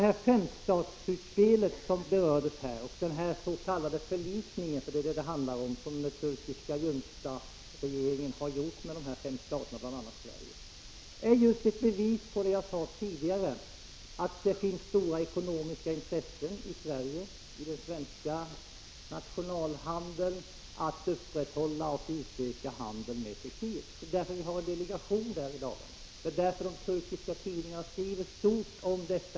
Det femstatsutspel som här berördes och den s.k. förlikning, för det är ju detta det handlar om, som den turkiska juntaregeringen har med fem stater, bl.a. Sverige, är ju ett bevis på vad jag sade tidigare, nämligen att det finns stora ekonomiska intressen i den svenska nationalhandeln att upprätthålla och utöka handeln med Turkiet. Det är därför vi har en delegation där i dag, och det är därför de turkiska tidningarna skriver så stort om islossning mellan — Prot.